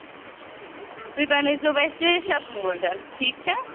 تُہۍ بَنٲوۍزیٚو ویسے شکلہٕ وولن ٹھیٖک چھا